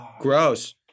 Gross